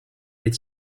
est